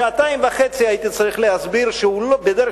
שעתיים וחצי הייתי צריך להסביר שהוא בדרך